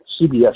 CBS